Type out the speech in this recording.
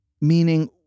meaning